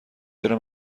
چرا